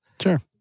Sure